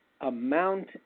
amount